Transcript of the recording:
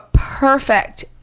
perfect